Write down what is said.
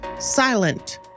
silent